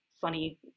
funny